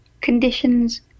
conditions